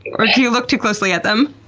or do you look too closely at them?